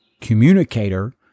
communicator